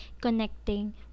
connecting